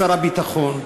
שר הביטחון,